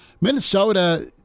Minnesota